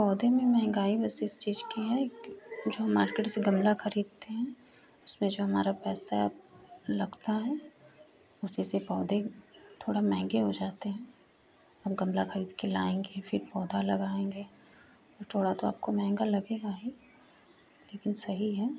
पौधे में महंगाई बस इस चीज़ की है जो मार्केट से गमला खरीदते हैं उसमें जो हमारा पैसा लगता है उसी से पौधे थोड़ा महंगे हो जाते हैं हम गमला खरीद के लाएंगे फिर पौधा लगायेंगे तो थोड़ा तो आपको महंगा लगेगा ही लेकिन सही है